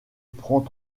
prends